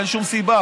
אין שום סיבה.